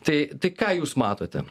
tai tai ką jūs matote